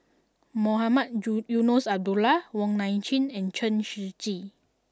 Mohamed Ju Eunos Abdullah Wong Nai Chin and Chen Shiji